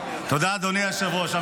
תודה, אדוני היושב-ראש.